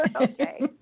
Okay